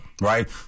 right